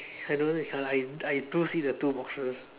I don't if I I do see the two boxes